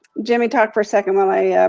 jimmy, talk for a second while i,